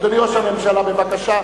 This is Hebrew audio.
אדוני ראש הממשלה, בבקשה.